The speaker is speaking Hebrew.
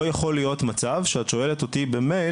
לא יכול להיות מצב שאת שואלת אותי במייל